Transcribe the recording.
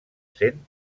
sent